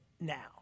now